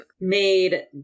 made